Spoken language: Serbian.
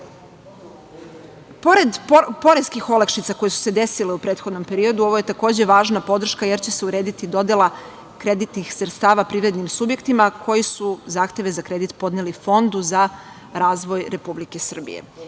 poreskih olakšica koje su se desile u prethodnom periodu, ovo je takođe važna podrška, jer će se urediti dodela kreditnih sredstava privrednim subjektima, a koji su zahteve za kredit podneli Fondu za razvoj Republike Srbije.